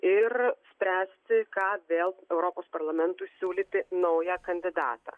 ir spręsti ką vėl europos parlamentui siūlyti naują kandidatą